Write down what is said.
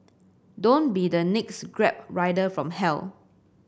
don't be the next Grab rider from hell